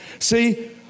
See